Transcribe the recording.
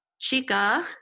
chica